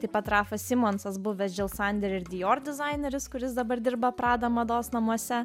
taip pat rafas simonsas buvęs džil sander ir dijor dizaineris kuris dabar dirba prada mados namuose